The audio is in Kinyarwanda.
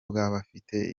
bw’abafite